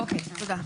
אוקיי, תודה.